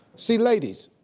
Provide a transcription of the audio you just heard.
see, ladies,